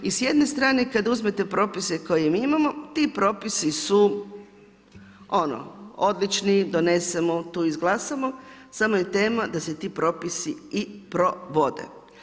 I sa jedne strane kada uzmete propise koje mi imamo, ti propisi su ono, odlični, donesemo, to izglasamo, samo je tema, da se ti propisi i provode.